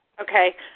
Okay